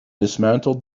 dismantled